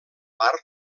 part